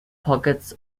pockets